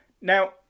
Now